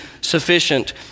sufficient